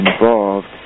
involved